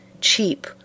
cheap